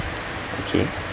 okay